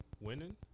Winning